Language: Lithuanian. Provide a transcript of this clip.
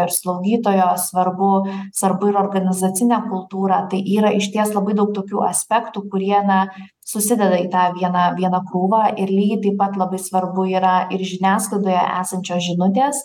ir slaugytojo svarbu svarbu ir organizacinė kultūra tai yra išties labai daug tokių aspektų kurie na susideda į tą vieną vieną krūvą ir lygiai taip pat labai svarbu yra ir žiniasklaidoje esančios žinutės